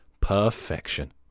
Perfection